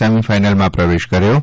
સેમીફાઇનલમાં પ્રવેશ કર્યો છે